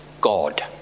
God